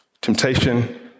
Temptation